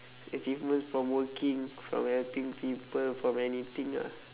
achievement from working from helping people from anything ah